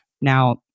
Now